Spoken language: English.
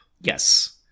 Yes